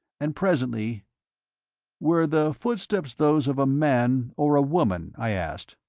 and presently were the footsteps those of a man or a woman? i asked.